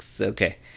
Okay